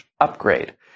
upgrade